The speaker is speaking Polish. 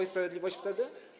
i Sprawiedliwość wtedy?